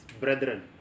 brethren